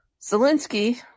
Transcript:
Zelensky